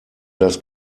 das